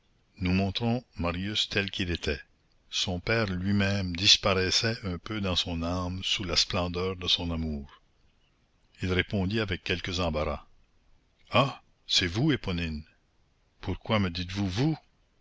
nous montrons marius tel qu'il était son père lui-même disparaissait un peu dans son âme sous la splendeur de son amour il répondit avec quelque embarras ah c'est vous éponine pourquoi me dites-vous vous